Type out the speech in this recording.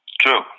True